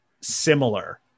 similar